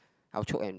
I will choke and